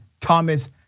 Thomas